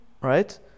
right